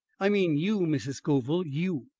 i mean you, mrs. scoville, you!